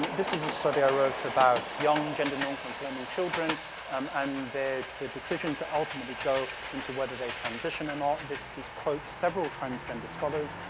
this is a study i wrote about young gender non-conforming children um and, the the decisions that ultimately go into whether they transition or not. this piece quotes several transgender scholars,